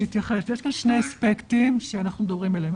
יש כאן שני אספקטים שאנחנו מדברים עליהם.